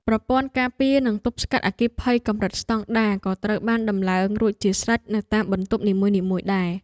ប្រព័ន្ធការពារនិងទប់ស្កាត់អគ្គិភ័យកម្រិតស្តង់ដារក៏ត្រូវបានដំឡើងរួចជាស្រេចនៅតាមបន្ទប់នីមួយៗដែរ។